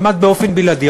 כמעט באופן בלעדי,